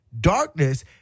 Darkness